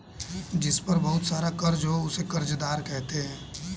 जिस पर बहुत सारा कर्ज हो उसे कर्जदार कहते हैं